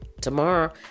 Tomorrow